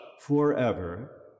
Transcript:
forever